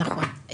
נכון.